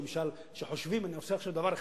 שלמשל חושבים: אני עושה עכשיו דבר אחד,